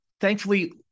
Thankfully